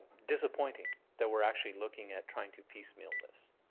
disappointing that we're actually looking at trying to piecemeal this